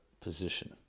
position